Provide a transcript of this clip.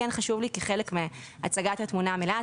לכן, זה כן חשוב לי, כחלק מהצגת התמונה המלאה.